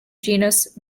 genus